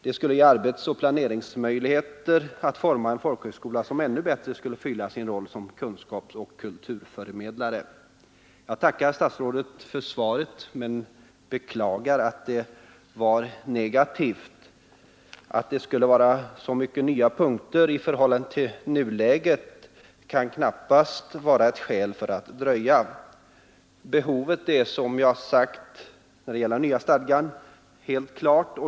Det skulle ge arbetsoch planeringsmöjligheter för att forma en folkhögskola som ännu bättre skulle fylla sin roll som kunskapsoch kulturförmedlare. Jag tackar statsrådet för svaret men beklagar att det var negativt. Att det skulle vara så många nya punkter i förhållande till nuläget kan knappast vara ett skäl för att dröja. Behovet av den nya stadgan är som jag har sagt helt klart.